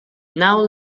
now